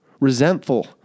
resentful